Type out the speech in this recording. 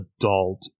adult